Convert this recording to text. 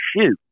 shoot